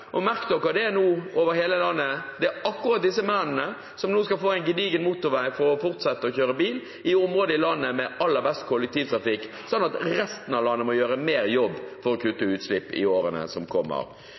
og merk dere, folk over hele landet, at det er akkurat disse mennene som nå skal få en gedigen motorvei for å fortsette å kjøre bil i det området i landet som har aller best kollektivtrafikk, slik at resten av landet må gjøre mer jobb for